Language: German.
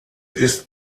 ist